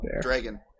Dragon